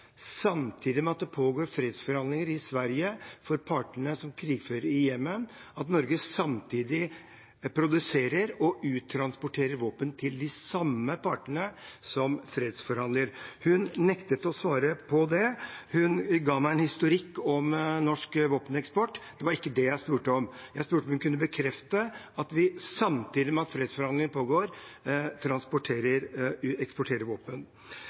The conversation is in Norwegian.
samtidig med at det pågår fredsforhandlinger i Sverige mellom partene som krigfører i Jemen, produserer og uttransporterer våpen til de samme partene som fredsforhandler. Hun nektet å svare på det. Hun ga meg en historikk om norsk våpeneksport, men det var ikke det jeg spurte om. Jeg spurte om hun kunne bekrefte at vi samtidig med at fredsforhandlingene pågår, eksporterer våpen.